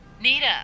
Nita